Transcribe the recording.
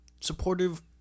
supportive